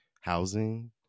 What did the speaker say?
housing